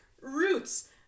Roots